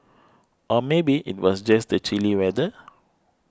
or maybe it was just the chilly weather